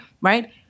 right